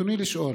רצוני לשאול: